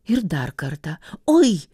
ir dar kartą oi